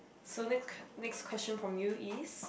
so next next question from you is